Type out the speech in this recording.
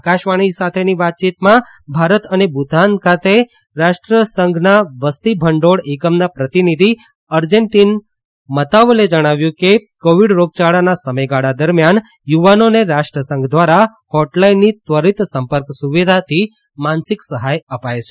આકાશવાણી સાથેની વાતયીતમાં ભારત અને ભૂતાન ખાતે રાષ્ટ્રસંઘન વસ્તી ભંડોળ એકમના પ્રતિનિધી અર્જેન્ટીના મતાવલે જણાવ્યું કે કોવિડ રોગયાળાના સમયગાળા દરમિયાન યુવાનોને રાષ્ટ્રસંઘ દ્વારા હોટલાઇનની ત્વરીત સંપર્ક સુવિધાથી માનસિક સહાય અપાય છે